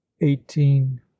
Eighteen